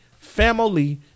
family